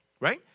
right